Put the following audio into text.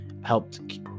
helped